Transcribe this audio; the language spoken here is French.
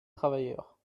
travailleurs